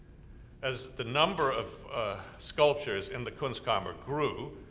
as the number of sculptures in the kunstkammer grew,